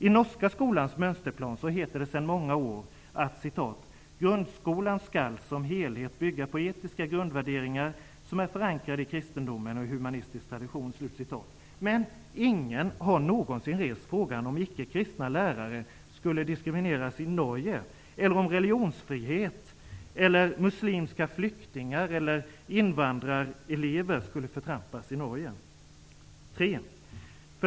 I norska skolans mönsterplan heter det sedan många år: ''Grundskolan skall som helhet bygga på etiska grundvärderingar som är förankrade i kristendomen och i humanistisk tradition.'' Ingen har någonsin rest frågan om icke-kristna lärare skulle diskrimineras i Norge eller om religionsfrihet, muslimska flyktingar eller invandrarelever skulle förtrampas i Norge.